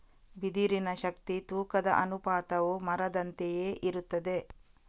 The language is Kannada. ಬಿದಿರಿನ ಶಕ್ತಿ ತೂಕದ ಅನುಪಾತವು ಮರದಂತೆಯೇ ಇರುತ್ತದೆ